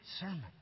sermon